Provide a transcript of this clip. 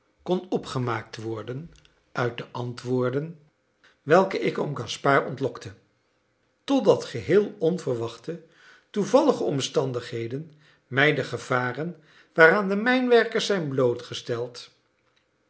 kon opgemaakt worden uit de antwoorden welke ik oom gaspard ontlokte totdat geheel onverwachte toevallige omstandigheden mij de gevaren waaraan de mijnwerkers zijn blootgesteld